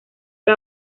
que